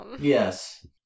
yes